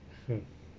mm